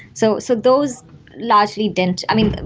so so those largely didn't i mean,